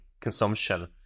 consumption